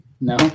No